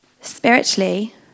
Spiritually